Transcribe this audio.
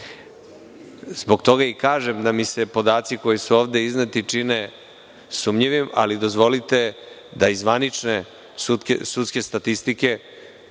Zbog toga i kažem da mi se podaci koji su ovde izneti čine sumnjivim, ali dozvolite da iz zvanične sudske statistike